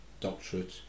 doctorate